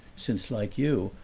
since, like you,